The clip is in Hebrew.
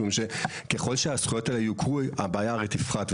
משום שככל שהזכויות יעוקבו, הבעיה הרי תפחת.